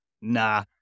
nah